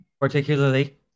particularly